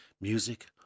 Music